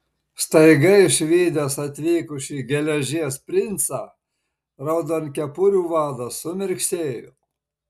staiga išvydęs atvykusį geležies princą raudonkepurių vadas sumirksėjo